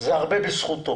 זה הרבה בזכותו